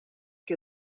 que